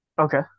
Okay